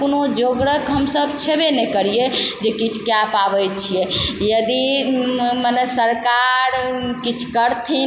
कोनो जोकरक हमसब छेबे ने करिये जे किछु कए पाबय छियै यदि मने सरकार किछु करथिन